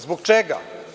Zbog čega?